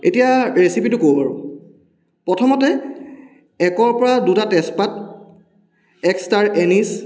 এতিয়া ৰেচিপিটো কওঁ বাৰু প্ৰথমতে একৰ পৰা দুটা তেজপাত এক ষ্টাৰ এনিছ